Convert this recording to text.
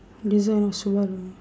design of Subaru